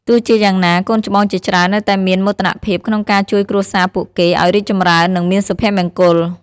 ទោះជាយ៉ាងណា កូនច្បងជាច្រើននៅតែមានមោទនភាពក្នុងការជួយគ្រួសារពួកគេ ឱ្យរីកចម្រើន និងមានសុភមង្គល។